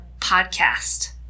podcast